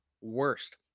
worst